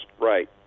right